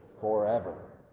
forever